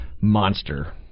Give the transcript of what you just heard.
monster